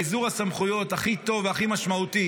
ביזור הסמכויות הכי טוב והכי משמעותי